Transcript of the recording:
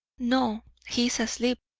no, he is asleep.